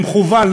במכוון.